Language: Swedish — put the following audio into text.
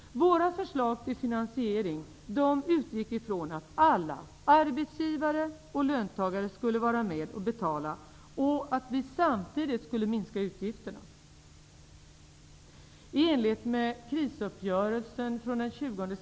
Våra förslag till finansiering utgick ifrån att alla arbetsgivare och löntagare skulle vara med och betala, samtidigt som utgifterna skulle minskas.